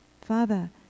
Father